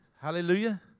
Hallelujah